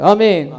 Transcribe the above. Amen